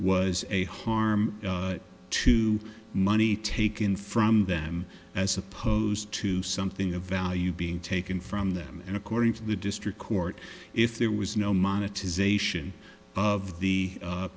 was a harm to money taken from them as opposed to something of value being taken from them and according to the district court if there was no monetization of the